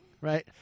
right